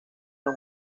los